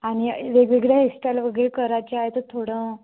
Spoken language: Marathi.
आणि वेगवेगळ्या हेअस्टाईल वगैरे करायचे आहे तर थोडं